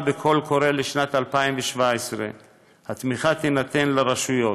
בקול קורא לשנת 2017. התמיכה תינתן לרשויות.